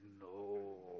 no